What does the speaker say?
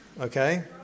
okay